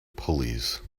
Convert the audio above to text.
pulleys